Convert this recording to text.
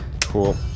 Cool